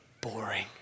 boring